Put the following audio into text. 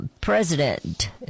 President